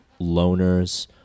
loners